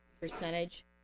percentage